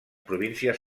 províncies